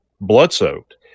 blood-soaked